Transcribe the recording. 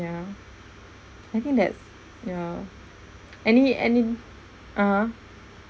ya I think that ya any any (uh huh)